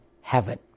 heaven